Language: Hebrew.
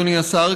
אדוני השר,